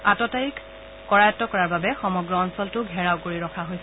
আততায়ীক কৰায়ত্ত কৰাৰ বাবে সমগ্ৰ অঞ্চলটো ঘেৰাও কৰি ৰখা হৈছে